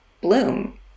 bloom